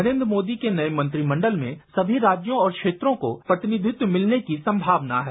नरेन्द्र मोदी के नए मंत्रिमंडल में सभी राण्यों और क्षेत्रों को प्रतिनिधित्व मिलने की संभावना है